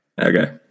Okay